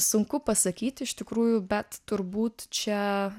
sunku pasakyti iš tikrųjų bet turbūt čia